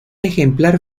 ejemplar